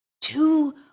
Two